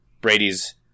Brady's